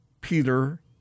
Peter